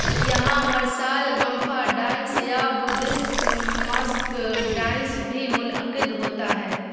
یہاں ہر سال گمپھا ڈانس یا بدھسٹ ماسک ڈائنس بھی منعقد ہوتا ہے